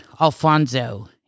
Alfonso